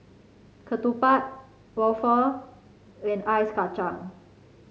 ketupat waffle and Ice Kachang